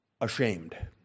ashamed